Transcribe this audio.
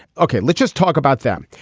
okay. let's just talk about them.